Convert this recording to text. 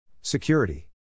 Security